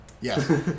Yes